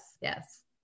yes